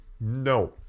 No